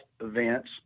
events